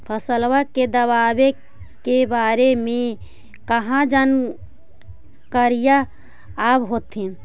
फसलबा के दबायें के बारे मे कहा जानकारीया आब होतीन?